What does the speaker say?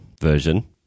version